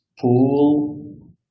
pool